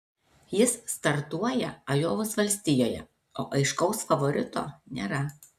jis startuoja ajovos valstijoje o aiškaus favorito nėra